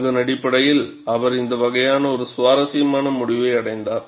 அதன் அடிப்படையில் அவர் இந்த வகையான ஒரு சுவாரஸ்யமான முடிவை அடைந்தார்